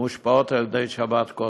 המושפעות על ידי שבת קודש.